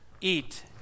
eat